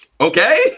okay